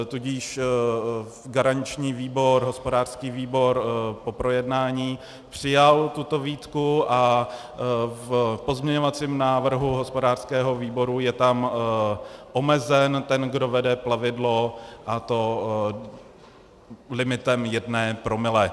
Tudíž garanční výbor, hospodářský výbor, po projednání přijal tuto výtku a v pozměňovacím návrhu hospodářského výboru je tam omezen ten, kdo vede plavidlo, a to limitem jednoho promile.